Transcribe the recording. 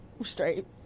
Straight